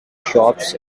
shops